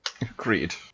agreed